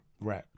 Right